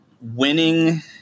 winning